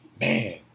man